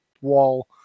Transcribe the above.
wall